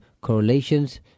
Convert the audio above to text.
correlations